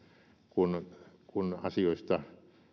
kun kun asioista